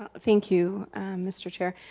um thank you mr. chair.